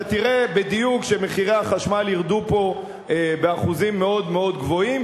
אתה תראה בדיוק שמחירי החשמל ירדו פה באחוזים מאוד מאוד גבוהים.